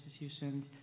institutions